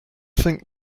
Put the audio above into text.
think